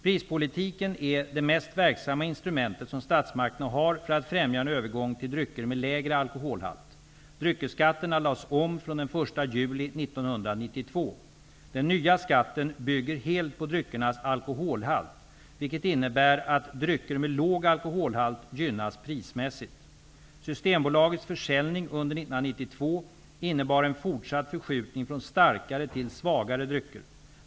Prispolitiken är det mest verksamma instrument som statsmakterna har för att främja en övergång till drycker med lägre alkoholhalt. Den nya skatten bygger helt på dryckernas alkoholhalt, vilket innebär att drycker med låg alkoholhalt gynnas prismässigt. Systembolagets försäljning under 1992 innebar en fortsatt förskjutning från starkare till svagare drycker.